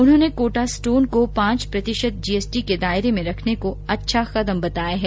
उन्होंने कोटा स्टोन को पांच प्रतिशत जीएसटी के दायरे में रखने को अच्छा कदम बताया है